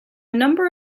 number